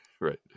Right